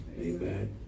Amen